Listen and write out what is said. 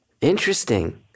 Interesting